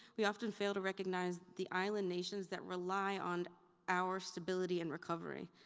we often fail to recognize the island nations that rely on our stability and recovery.